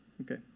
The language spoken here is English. Okay